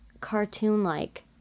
cartoon-like